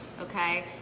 okay